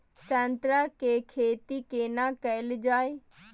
संतरा के खेती केना कैल जाय?